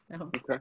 Okay